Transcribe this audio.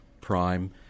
prime